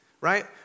right